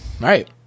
right